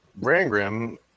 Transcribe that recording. Rangrim